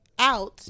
Out